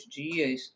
dias